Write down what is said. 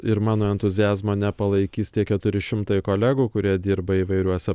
ir mano entuziazmo nepalaikys tie keturi šimtai kolegų kurie dirba įvairiuose